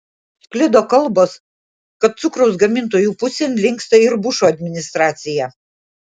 sklido kalbos kad cukraus gamintojų pusėn linksta ir bušo administracija